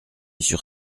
sur